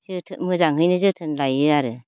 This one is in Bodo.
मोजाङैनो जोथोन लायो आरो